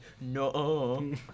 No